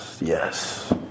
Yes